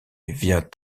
vient